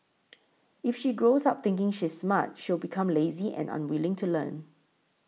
if she grows up thinking she's smart she'll become lazy and unwilling to learn